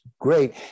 great